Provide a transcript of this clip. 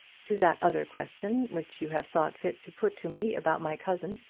to that other question which you have thought fit to put to me about my cousin,